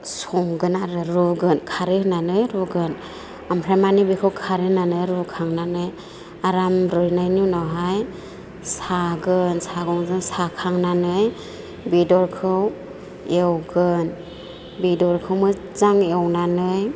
संगोन आरो रुगोन खारै होनानै रुगोन ओमफ्राय माने बेखौ खारै होनानै रुखांनानै आराम रुनायनि उनावहाय सागोन सागनजों साखांनानै बेदरखौ एवगोन बेदरखौ मोजां एवनानै